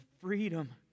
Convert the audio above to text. freedom